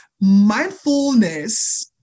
mindfulness